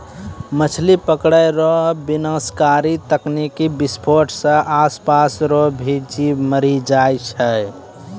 मछली पकड़ै रो विनाशकारी तकनीकी विसफोट से आसपास रो भी जीब मरी जाय छै